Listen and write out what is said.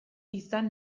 izan